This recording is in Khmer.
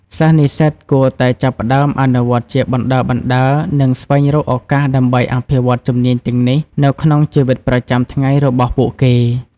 សិស្សនិស្សិតគួរតែចាប់ផ្តើមអនុវត្តជាបណ្តើរៗ និងស្វែងរកឱកាសដើម្បីអភិវឌ្ឍជំនាញទាំងនេះនៅក្នុងជីវិតប្រចាំថ្ងៃរបស់ពួកគេ។